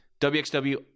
WXW